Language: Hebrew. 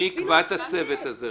מי יקבע את הצוות הזה?